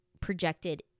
projected